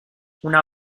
una